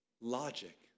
logic